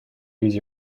use